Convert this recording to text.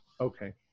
Okay